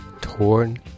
torn